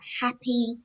happy